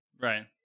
Right